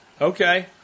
Okay